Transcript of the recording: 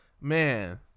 Man